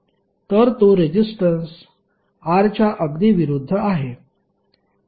तर तो resistance R च्या अगदी विरुद्ध आहे